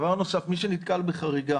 דבר נוסף, מי שנתקל בחריגה